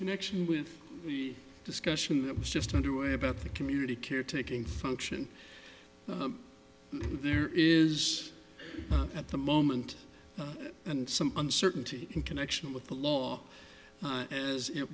connection with the discussion was just under way about the community care taking function there is at the moment and some uncertainty in connection with the law as it